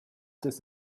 this